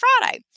Friday